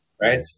right